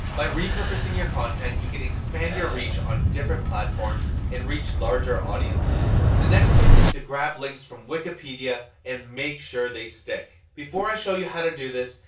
by repurposing your content, you can expand your reach on different platforms and reach larger audiences. the next tip is to grab links from wikipedia and make sure they stick. before i show you how to do this,